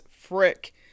frick